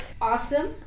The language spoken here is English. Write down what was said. awesome